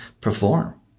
perform